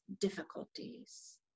difficulties